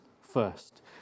first